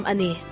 Ani